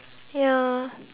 ya